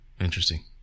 Interesting